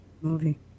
movie